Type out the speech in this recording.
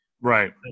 Right